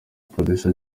producer